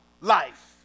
life